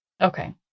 Okay